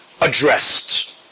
addressed